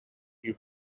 new